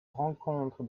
rencontre